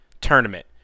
tournament